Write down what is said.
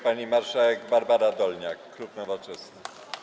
Pani marszałek Barbara Dolniak, klub Nowoczesna.